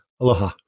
Aloha